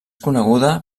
coneguda